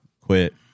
quit